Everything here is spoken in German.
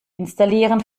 installieren